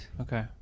okay